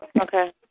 Okay